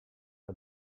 are